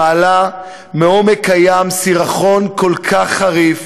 מעלה מעומק הים סירחון כל כך חריף,